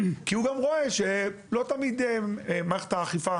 כי הוא גם רואה שלא תמיד מערכת האכיפה